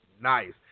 Nice